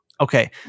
Okay